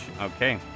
Okay